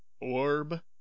Orb